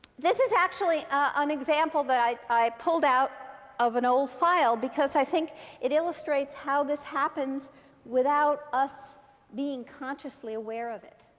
this is actually an example that i i pulled out of an old file, because i think it illustrates how this happens without us being consciously aware of it.